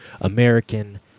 American